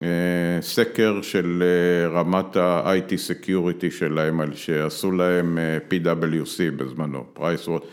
סקר של רמת ה IT סקיוריטי שלהם, על שעשו להם PWC בזמנו.